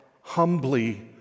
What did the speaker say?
humbly